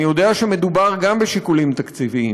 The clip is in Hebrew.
אני יודע שמדובר גם בשיקולים תקציביים,